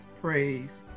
praise